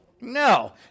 No